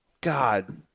God